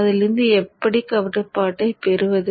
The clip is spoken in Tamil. அதிலிருந்து எப்படி கட்டுப்பாட்டை பெறுவது